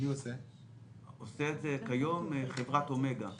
כיום עושה את זה חברת אומגה.